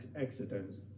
accidents